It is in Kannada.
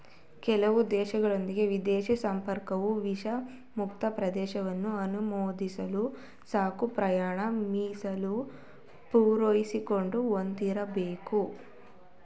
ಕೆಲವು ದೇಶಗಳ್ಗೆ ವಿದೇಶಿ ಸಂದರ್ಶಕರು ವೀಸಾ ಮುಕ್ತ ಪ್ರವೇಶವನ್ನ ಅನುಮೋದಿಸಲು ಸಾಕಷ್ಟು ಪ್ರಯಾಣ ವಿಮೆಯ ಪುರಾವೆಗಳನ್ನ ಹೊಂದಿರಬೇಕು